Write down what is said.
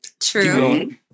True